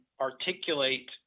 articulate –